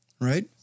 right